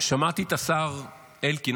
שמעתי את השר אלקין.